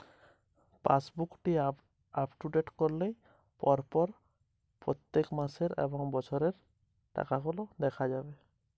গত বছরের কোনো মাসের ব্যালেন্স দেখার জন্য পাসবুক কীভাবে কাজে লাগাব?